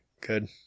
Good